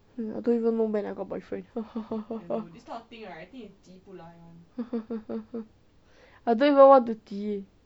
I don't even know when I got boyfriend I don't even want to 急